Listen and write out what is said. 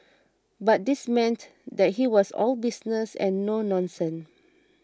but this meant that he was all business and no nonsense